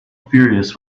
furious